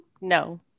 no